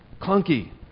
clunky